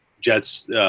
Jets –